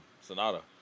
Sonata